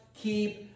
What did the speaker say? keep